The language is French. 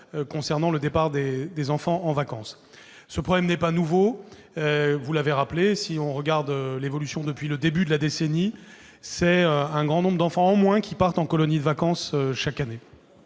concernant le départ des enfants en vacances. Ce problème n'est pas nouveau. Vous l'avez rappelé, si l'on regarde l'évolution depuis le début de la décennie, il y a beaucoup moins d'enfants qui partent en colonie de vacances chaque année.